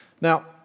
Now